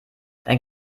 dein